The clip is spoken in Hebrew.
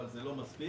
אבל זה לא מספיק.